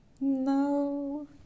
No